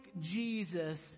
Jesus